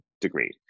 degree